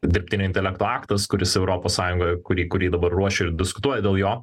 dirbtinio intelekto aktas kuris europos sąjungoj kurį kurį dabar ruošia ir diskutuoja dėl jo